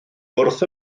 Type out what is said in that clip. wrth